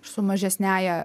su mažesniąja